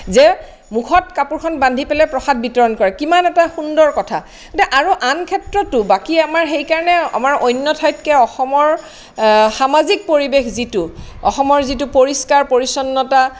যে মুখত কাপোৰখন বান্ধি পেলাই প্ৰসাদ বিতৰণ কৰে কিমান এটা সুন্দৰ কথা আৰু আন ক্ষেত্ৰতো বাকী আমাৰ সেইকাৰণে আমাৰ অন্য ঠাইতকে অসমৰ সামাজিক পৰিৱেশ যিটো অসমৰ যিটো পৰিষ্কাৰ পৰিচ্ছন্নতা